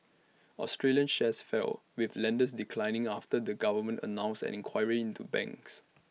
Australian shares fell with lenders declining after the government announced an inquiry into banks